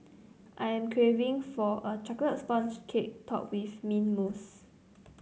I am craving for a chocolate sponge cake topped with mint mousse